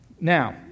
Now